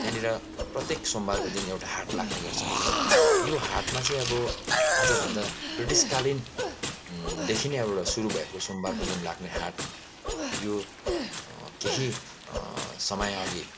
त्यहाँनिर प्रत्येक सोमबारको दिन एउटा हाट लाग्ने गर्छ यो हाटमा चाहिँ अब आजभन्दा ब्रिटिसकालीनदेखि नै अब एउटा सुरु भएको सोमबारको दिन लाग्ने हाट यो केही समय अघि